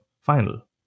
final